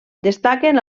destaquen